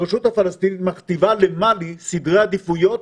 הרשות הפלסטינית מכתיבה למלי סדרי העדיפויות